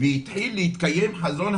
לעצם הדיון שלנו היום,